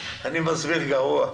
אני מסביר גרוע...